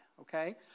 okay